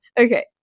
Okay